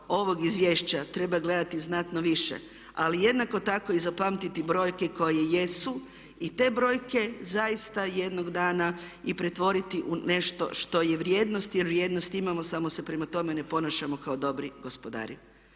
ovog izvješća treba gledati znatno više ali jednako tako i zapamtiti brojke koje jesu. I te brojke zaista jednog dana i pretvoriti u nešto što je vrijednost, jer vrijednost imamo samo se prema tome ne ponašamo kao dobri gospodari.